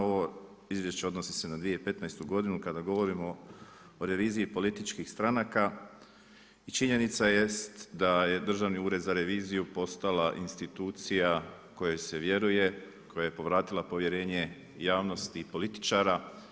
Ovo izvješće odnosi se na 2015. kada govorimo o reviziji političkih stranaka i činjenica jest da je Državni ured za reviziju postala institucija kojoj se vjeruje, koja je povratila povjerenje javnosti i političara.